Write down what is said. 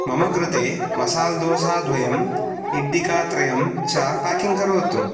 मम कृते मसाल् दोसा द्वयम् इड्डिका त्रयं च पाकिङ् करोतु